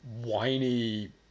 whiny